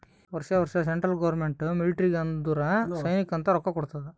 ವರ್ಷಾ ವರ್ಷಾ central government ಮಿಲ್ಟ್ರಿಗ್ ಅಂದುರ್ ಸೈನ್ಯಾಕ್ ಅಂತ್ ರೊಕ್ಕಾ ಕೊಡ್ತಾದ್